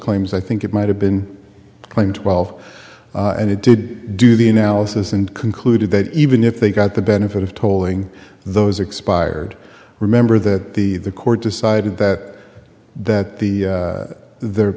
claims i think it might have been claimed twelve and it did do the analysis and concluded that even if they got the benefit of tolling those expired remember that the the court decided that that the